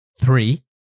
three